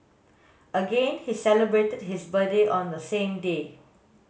again he celebrated his birthday on the same day